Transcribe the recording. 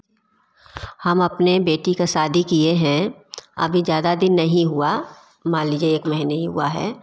हम अपने बेटी का शादी किए हैं अभी ज़्यादा दिन नहीं हुआ मान लीजिए एक महीना ही हुआ है